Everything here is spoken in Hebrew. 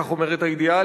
כך אומרת הידיעה,